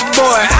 boy